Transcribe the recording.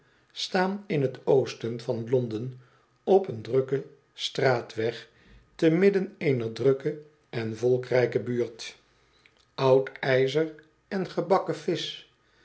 staan in t oosten van londen op een drukken straatweg te midden e ener drukke en volkrijke buurt m me titbull's vrij woningen oud ijzer en gebakken vis